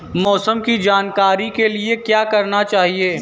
मौसम की जानकारी के लिए क्या करना चाहिए?